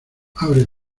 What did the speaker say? abre